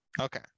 Okay